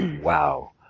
wow